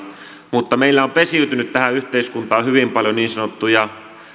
mutta meillä on pesiytynyt tähän yhteiskuntaan hyvin paljon niin sanottuja